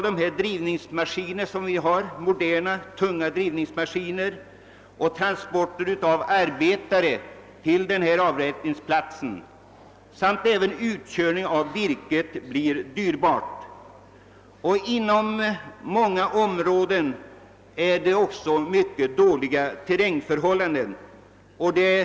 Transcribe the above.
Det blir dyrt med transporter av moderna, tunga drivningsmaskiner och transporter av arbetare till dessa avverkningsplatser. liksom med utkörning av virket. Inom många av dessa områden är terrängförhållandena också mycket dåliga.